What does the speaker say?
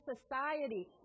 society